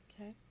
Okay